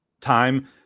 time